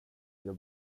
jag